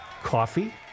Coffee